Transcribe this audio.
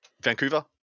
Vancouver